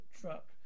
truck